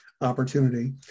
Opportunity